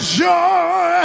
joy